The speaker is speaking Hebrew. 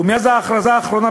ומאז ההכרזה האחרונה,